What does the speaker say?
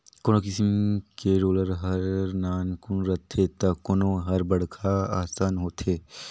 कोनो किसम के रोलर हर नानकुन रथे त कोनो हर बड़खा असन होथे